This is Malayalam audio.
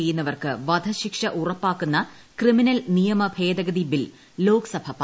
ചെയ്യുന്നവർക്ക് വധശിക്ഷ ഉറപ്പാക്കുന്ന ക്രിമിനൽ നിയമ ഭേദഗതി ബിൽ ലോക്സഭ പാസാക്കി